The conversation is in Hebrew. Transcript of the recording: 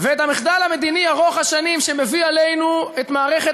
ועל המחדל המדיני ארוך השנים שמביא עלינו את מערכת